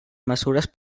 mesures